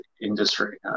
industry